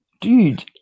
dude